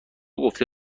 گفته